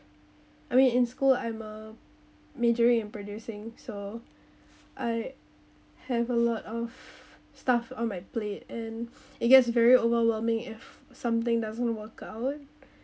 I mean in school I'm uh majoring in producing so I have a lot of stuff on my plate and it gets very overwhelming if something doesn't work out